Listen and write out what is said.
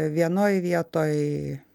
vienoj vietoj